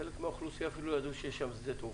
חלק מהאוכלוסייה אפילו לא ידע שיש שם שדה תעופה.